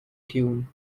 tune